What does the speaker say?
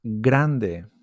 grande